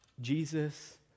Jesus